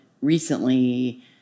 recently